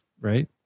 Right